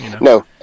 No